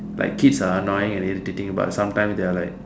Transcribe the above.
like kids are annoying and irritating but sometimes they're like